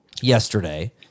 yesterday